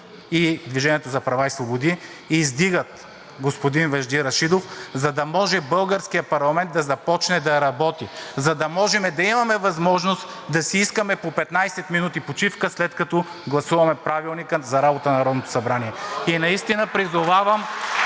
и „Движение за права и свободи“, издигат господин Вежди Рашидов, за да може българският парламент да започне да работи, за да може да имаме възможност да си искаме по 15 минути почивка, след като гласуваме Правилника за работата на Народното събрание. (Ръкопляскания